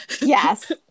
Yes